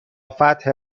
فتح